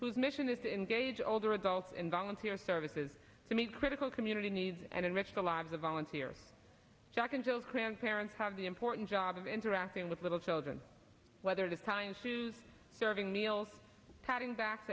whose mission is to engage older adults in volunteer services to meet critical community needs and enrich the lives of volunteer jack and jill clan parents have the important job of interacting with little children whether the time choose serving meals patting back